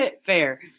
Fair